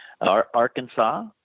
Arkansas